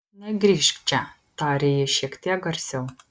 negrįžk čia tarė ji šiek tiek garsiau